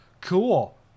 cool